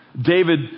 David